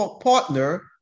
partner